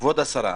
כבוד השרה.